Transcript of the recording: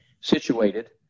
situated